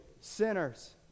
sinners